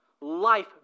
life